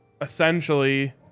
essentially